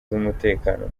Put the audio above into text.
z’umutekano